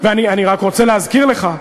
ואני רק רוצה להזכיר לך,